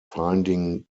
finding